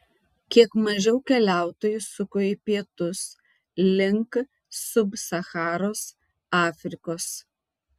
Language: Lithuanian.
kiek mažiau keliautojų suko į pietus link sub sacharos afrikos